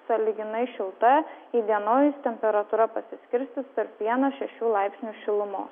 sąlyginai šilta įdienojus temperatūra pasiskirstys tarp vieno šešių laipsnių šilumos